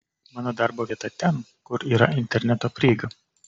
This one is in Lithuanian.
mano darbo vieta ten kur yra interneto prieiga